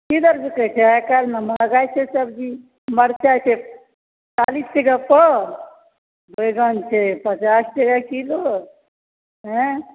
आइकाल्हि ने महगाइ छै सब्जी मरचाइके चालिस टके छै बैगन छै पचास टके किलो आइ